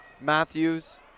Matthews